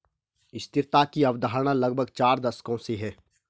स्थिरता की अवधारणा लगभग चार दशकों से है